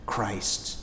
Christ